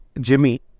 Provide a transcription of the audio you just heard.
Jimmy